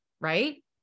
Right